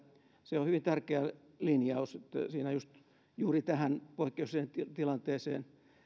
se on hyvin tärkeä linjaus siinä juuri tähän poikkeukselliseen tilanteeseen